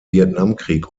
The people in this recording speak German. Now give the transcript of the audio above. vietnamkrieg